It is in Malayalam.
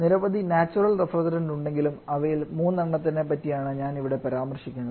നിരവധി നാച്ചുറൽ റെഫ്രിജറന്റ് ഉണ്ടെങ്കിലും അവയിൽ മൂന്നെണ്ണത്തിനെ പറ്റിയാണ് ഞാൻ ഇവിടെ പരാമർശിക്കുന്നത്